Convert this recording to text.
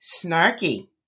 snarky